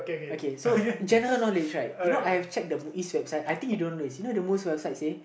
okay so general knowledge right you know I've checked the MUIS website I think you don't know this you know the MUIS website says